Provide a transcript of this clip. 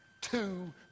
two